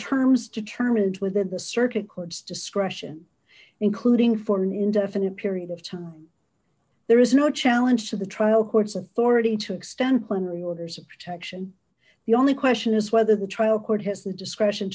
terms determined within the circuit court's discretion including for an indefinite period of time there is no challenge to the trial court's authority to extend plenary orders of protection the only question is whether the trial court has the disc